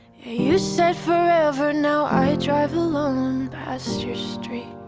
you said forever now i drive alone past your street